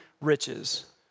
riches